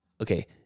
okay